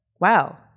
Wow